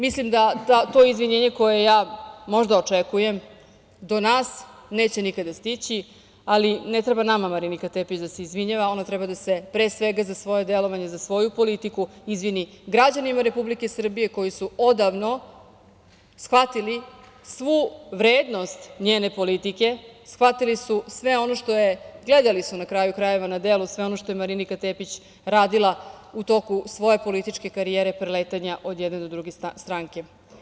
Mislim da to izvinjenje koje ja možda očekujem do nas neće nikada stići, ali ne treba nama Marinika Tepić da se izvinjava, ona treba da se pre svega sa svoje delovanje, za svoju politiku izvini građanima Republike Srbije koji su odavno shvatili svu vrednost njene politike, shvatili su sve ono što je, gledali su na kraju krajeva na delu sve ono što je Marinika Tepić radila u toku svoje političke karijere preletanja od jedne do druge stranke.